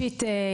אישית,